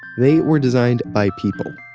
they were designed by people.